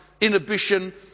inhibition